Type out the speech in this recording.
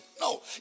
No